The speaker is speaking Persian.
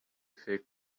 فکر